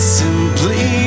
simply